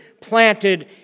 planted